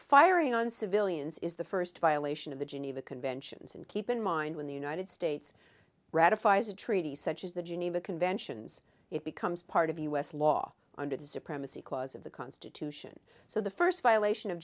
firing on civilians is the first violation of the geneva conventions and keep in mind when the united states ratifies a treaty such as the geneva conventions it becomes part of u s law under the supremacy clause of the constitution so the first violation of